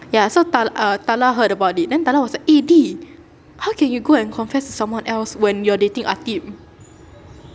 ya so tala uh tala heard about it then tala was like eh D how can you go and confess to someone else when you are dating ateeb